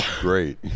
great